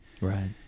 Right